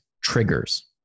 triggers